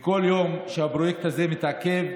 בכל יום שהפרויקט הזה מתעכב,